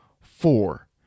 Four